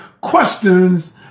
questions